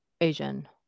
Asian